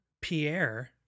Pierre